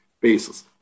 basis